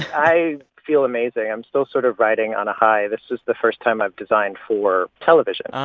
i feel amazing. i'm still sort of riding on a high. this is the first time i've designed for television.